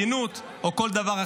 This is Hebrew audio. חסינות או כל דבר אחר,